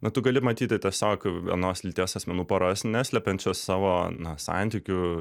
na tu gali matyti tiesiog vienos lyties asmenų poras neslepiančias savo na santykių